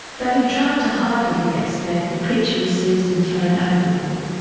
though he tried to hide little gasbag, the creature was seized and thrown ah overboard.